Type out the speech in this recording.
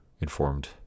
informed